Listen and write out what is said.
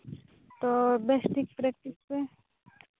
ᱛᱚ ᱵᱮᱥ ᱴᱷᱤᱠ ᱯᱨᱮᱠᱴᱤᱥ ᱯᱮ